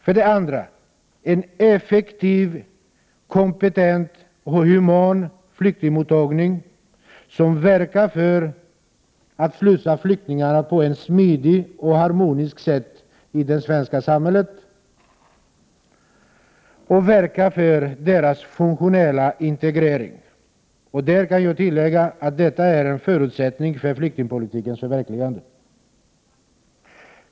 För det andra måste vi skapa en effektiv, kompetent och human flyktingmottagning, som verkar för att slussa flyktingarna på ett smidigt och harmoniskt sätt in i det svenska samhället och verkar för deras funktionella integrering. Där kan jag tillägga att detta är en förutsättning för flyktingpolitikens förverkligande.